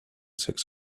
six